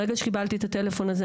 ברגע שקיבלתי את הטלפון הזה,